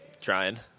trying